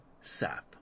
Seth